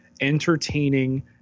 entertaining